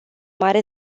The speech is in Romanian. mare